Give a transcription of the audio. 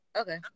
Okay